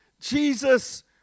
Jesus